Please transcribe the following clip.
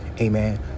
Amen